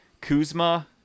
Kuzma